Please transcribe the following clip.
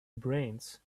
brains